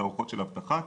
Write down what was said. תערוכות של אבטחה,